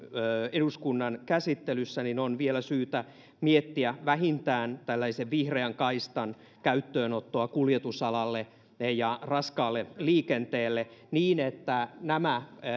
eduskunnan käsittelyssä on vielä syytä miettiä vähintään tällaisen vihreän kaistan käyttöönottoa kuljetusalalle ja raskaalle liikenteelle niin että nämä